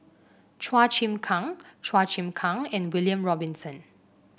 Chua Chim Kang Chua Chim Kang and William Robinson